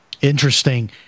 interesting